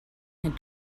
had